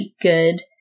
good